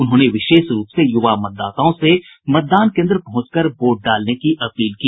उन्होंने विशेष रूप से युवा मतदाताओं से मतदान केंद्र पहुंचकर वोट डालने की अपील की